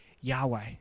Yahweh